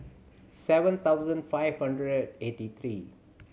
seven thousand five hundred eighty three